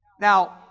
Now